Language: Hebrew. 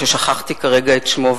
ששכחתי כרגע את שמו,